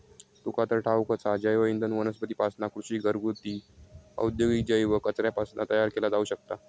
तुका तर ठाऊकच हा, जैवइंधन वनस्पतींपासना, कृषी, घरगुती, औद्योगिक जैव कचऱ्यापासना तयार केला जाऊ शकता